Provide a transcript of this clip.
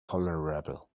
tolerable